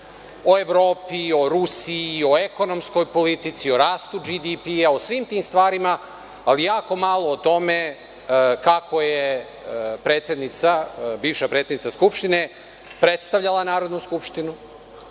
o Evropi, o Rusiji, o ekonomskoj politici, o rastu BDP, o svim tim stvarima, ali jako malo o tome kako je predsednica, bivša predsednica Skupštine predstavljala Narodnu skupštinu,